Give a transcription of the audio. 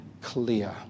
clear